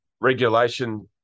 Regulation